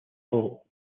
all